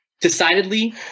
decidedly